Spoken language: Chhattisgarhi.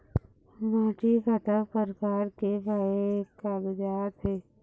माटी कतक प्रकार के पाये कागजात हे?